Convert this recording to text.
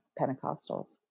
Pentecostals